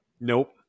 Nope